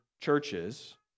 churches